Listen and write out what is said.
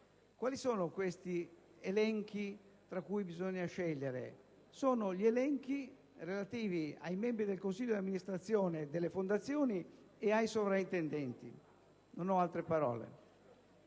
fondazioni». Tali elenchi, tra cui bisogna scegliere, sono quelli relativi ai membri del consiglio di amministrazione delle fondazioni e ai sovrintendenti. Non ho altro da